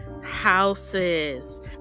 houses